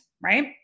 right